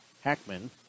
Hackman